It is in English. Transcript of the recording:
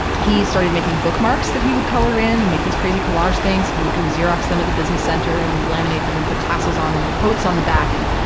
he started making bookmarks that he would color in and make these crazy collage things, and he would go xerox them at the business center and laminate them and put tassels on them and quotes on the back. and,